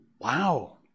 Wow